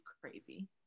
crazy